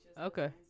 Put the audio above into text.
Okay